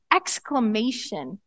exclamation